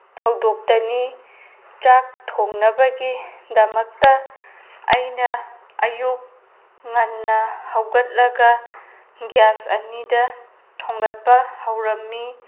ꯊꯧꯗꯣꯛꯇꯅꯤ ꯆꯥꯛ ꯊꯣꯡꯅꯕꯒꯤꯗꯃꯛꯇ ꯑꯩꯅ ꯑꯌꯨꯛ ꯉꯟꯅ ꯍꯧꯒꯠꯂꯒ ꯒ꯭ꯌꯥꯁ ꯑꯅꯤꯗ ꯊꯣꯡꯒꯠꯄ ꯍꯧꯔꯝꯃꯤ